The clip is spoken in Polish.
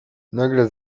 nagle